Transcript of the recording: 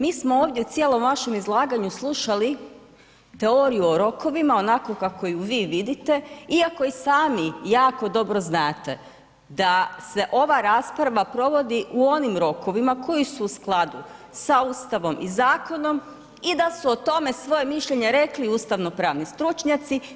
Mi smo ovdje u cijelom vašem izlaganju slušali teoriju o rokovima onako kako ju vi vidite iako i sami jako dobro znate da se ova rasprava provodi u onim rokovima koji su u skladu sa Ustavom i zakonom i da su o tome svoje mišljenje rekli ustavnopravni stručnjaci.